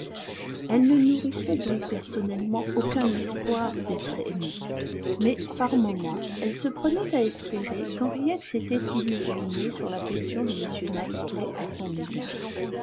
elle ne nourrissait donc personnellement aucun espoir d'être aimée mais par moment elle se prenait à espérer qu'henriette s'était illusionnée sur l'affection de m knightley à son égard